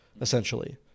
essentially